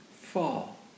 fall